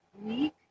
week